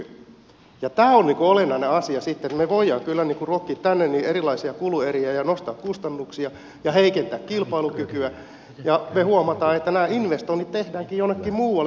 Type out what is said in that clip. ja tämä on sitten olennainen asia että me voimme kyllä ruokkia tänne erilaisia kulueriä ja nostaa kustannuksia ja heikentää kilpailukykyä ja me huomaamme että nämä investoinnit tehdäänkin jonnekin muualle kuin suomeen